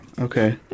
Okay